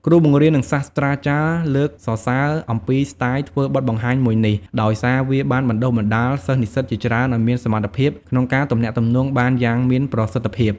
គ្រូបង្រៀន និងសាស្ត្រាចារ្យ លើកសរសើរអំពីស្ទាយធ្វើបទបង្ហាញមួយនេះ ដោយសារវាបានបណ្តុះបណ្តាលសិស្សនិស្សិតជាច្រើនឱ្យមានសមត្ថភាពក្នុងការទំនាក់ទំនងបានយ៉ាងមានប្រសិទ្ធភាព។